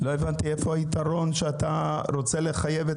לא הבנתי איפה היתרון בכך שאתה רוצה לחייב את